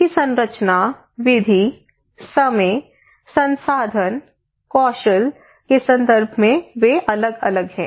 उनकी संरचना विधि समय संसाधन कौशल के संदर्भ में वे अलग अलग हैं